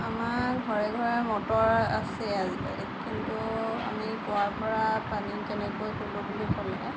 আমাৰ ঘৰে ঘৰে মটৰ আছেই আজিকালি কিন্তু আমি কুঁৱাৰপৰা পানী কেনেকৈ তোলো বুলি ক'লে